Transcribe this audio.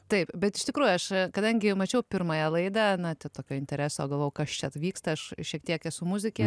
taip bet iš tikrųjų aš kadangi mačiau pirmąją laidą na to tokio intereso galvojau kas čia vyksta aš šiek tiek esu muzikė